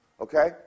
Okay